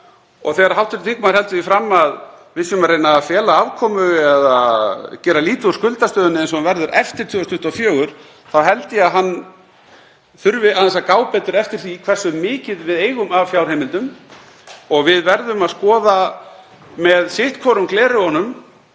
Og þegar hv. þingmaður heldur því fram að við séum að reyna að fela afkomu eða gera lítið úr skuldastöðunni eins og hún verður eftir 2024 þá held ég að hann þurfi aðeins að gá betur eftir því hversu mikið við eigum af fjárheimildum. Við verðum að skoða með sitthvorum gleraugunum